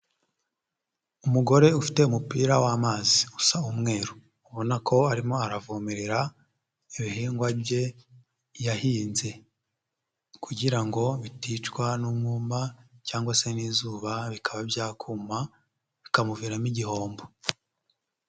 Umugore ufite umupira w'amazi usa umweru, ubona ko arimo aravomerera ibihingwa bye yahinze kugira ngo biticwa n'umwuma cyangwa se n'izuba bikaba byakuma bikamuviramo igihombo.